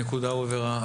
הנקודה הובהרה.